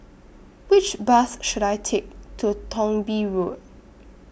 Which Bus should I Take to Thong Bee Road